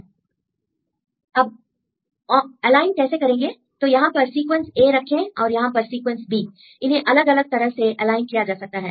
अब ऑनलाइन कैसे करेंगे तो यहां पर सीक्वेंस a रखें और यहां पर सीक्वेंस b इन्हें अलग अलग तरह से एलाइन किया जा सकता है